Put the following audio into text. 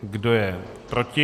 Kdo je proti?